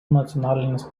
nacionalinis